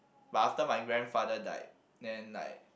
but after my grandfather died then like